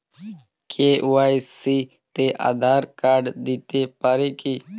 KYC তে Aadhaar card দিতে পারি কি?